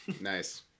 nice